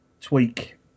tweak